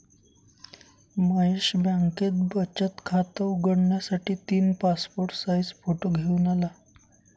महेश बँकेत बचत खात उघडण्यासाठी तीन पासपोर्ट साइज फोटो घेऊन आला